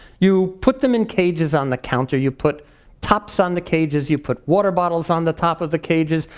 you put them in cages on the counter. you put tops on the cages, you put water bottles on the top of the cages,